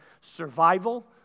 Survival